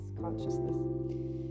consciousness